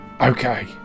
okay